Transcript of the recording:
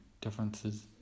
differences